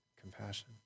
compassion